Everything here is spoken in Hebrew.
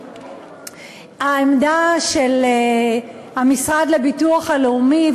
שהעמדה של המשרד לביטוח הלאומי,